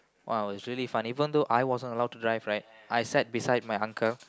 !wow! is really fun even though I wasn't allowed to drive right I sat beside my uncle